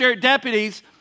deputies